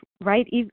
right